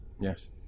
yes